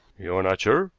you are not sure?